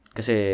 Kasi